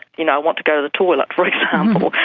you know, i want to go to the toilet for example.